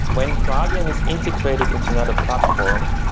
when graalvm is integrated into another platform,